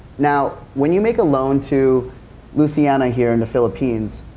now, when you make a loan to luciana here in the philippines,